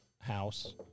house